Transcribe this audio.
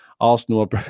Arsenal